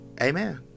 Amen